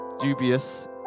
dubious